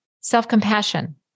self-compassion